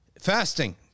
Fasting